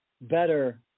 better